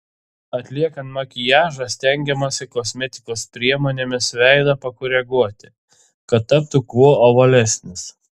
atliekant makiažą stengiamasi kosmetikos priemonėmis veidą pakoreguoti kad taptų kuo ovalesnis